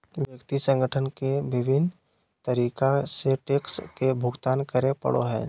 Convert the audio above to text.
व्यक्ति संगठन के विभिन्न तरीका से टैक्स के भुगतान करे पड़ो हइ